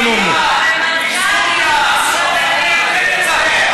יצאתם למלחמה והפסדתם,